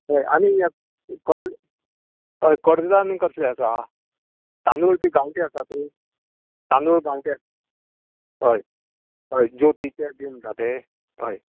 हय आनी ह्ये कॉड् हय कडधान्य कसलें आसा तांदूळ बी गांवटी आसात तांदूळ गांवटी हय हय ज्योतीचे बी म्हणटा तें अय